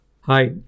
Hi